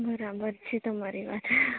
બરાબર છે તમારી વાત